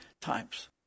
times